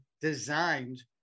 designed